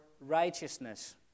righteousness